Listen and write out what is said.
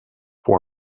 for